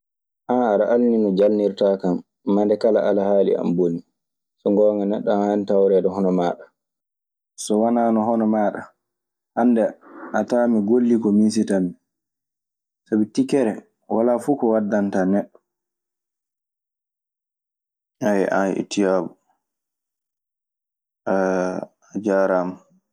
"An aɗe anndi no jalnirtaa kan mande kala alhaali an boni. So ngoonga neɗɗo ana haani tawreede hono maaɗa."